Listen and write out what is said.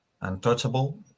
untouchable